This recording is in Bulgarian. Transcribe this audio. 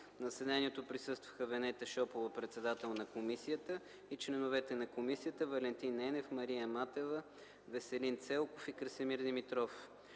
На заседанието присъстваха Венета Шопова, председател на комисията, и членовете – Валентин Енев, Мария Матева, Веселин Целков и Красимир Димитров.